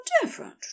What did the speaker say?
different